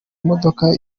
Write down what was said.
modoka